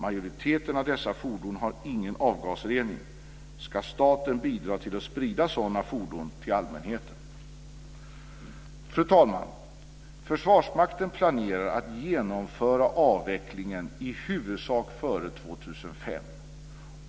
Majoriteten av dessa fordon har ingen avgasrening. Ska staten bidra till att sprida sådana fordon till allmänheten? Fru talman! Försvarsmakten planerar att genomföra avvecklingen i huvudsak före 2005.